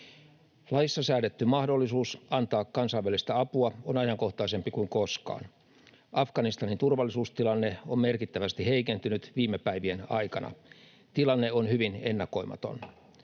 Laissa säädetty mahdollisuus antaa kansainvälistä apua on ajankohtaisempi kuin koskaan. Afganistanin turvallisuustilanne on merkittävästi heikentynyt viime päivien aikana. Tilanne on hyvin ennakoimaton.